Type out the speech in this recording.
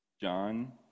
John